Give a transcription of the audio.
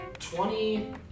Twenty